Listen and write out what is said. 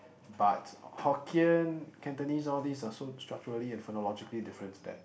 but Hokkien Cantonese all these are so structurally and phonologically different that